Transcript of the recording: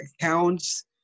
accounts